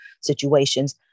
situations